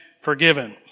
forgiven